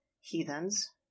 heathens